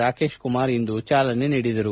ರಾಕೇಶ್ ಕುಮಾರ್ ಇಂದು ಚಾಲನೆ ನೀಡಿದರು